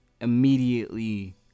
immediately